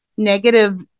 negative